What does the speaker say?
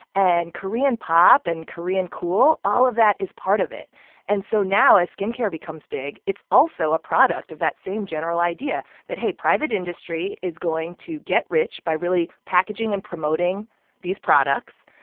and korean pop and korean cool all of that is part of it and so now, as skin care becomes big, it's also a product of that same general idea, that, hey, private industry is going to get rich by really packaging and promoting these products.